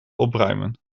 opruimen